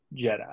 Jedi